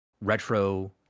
retro